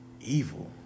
Evil